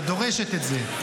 את דורשת את זה.